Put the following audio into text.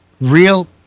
real